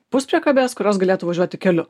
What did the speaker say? puspriekabės kurios galėtų važiuoti keliu